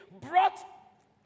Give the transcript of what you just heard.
brought